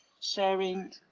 sharing